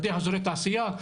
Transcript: לפתח אזורי תעשייה,